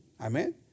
amen